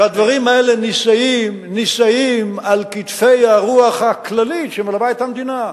הדברים האלה נישאים על כתפי הרוח הכללית שמלווה את המדינה.